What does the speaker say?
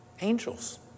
Angels